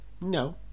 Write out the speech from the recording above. No